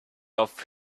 off